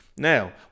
Now